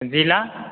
ज़िला